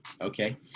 Okay